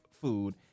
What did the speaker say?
food